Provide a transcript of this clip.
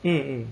mm mm